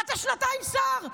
אתה שנתיים שר.